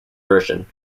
version